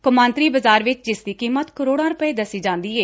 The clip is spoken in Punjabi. ਕੌਮਾਂਤਰੀ ਬਜ਼ਾਰ ਵਿਚ ਜਿਸ ਦੀ ਕੀਮਤ ਕਰੋਤਾ ਰੁਪਏ ਦੱਸੀ ਜਾਂਦੀ ਏ